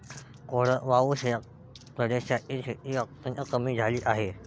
कोरडवाहू प्रदेशातील शेती अत्यंत कमी झाली आहे